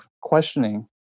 questioning